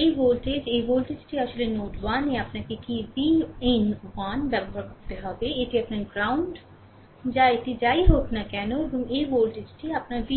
এই ভোল্টেজ এই ভোল্টেজটি আসলে নোড 1 এ আপনাকে কী Vin 1 ব্যবহার করতে হবে এটি আপনার ground যা এটি যাই হোক না কেন এবং এই ভোল্টেজটি আপনার v2